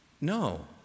No